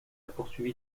poursuivi